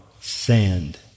sand